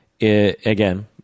again